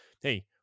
hey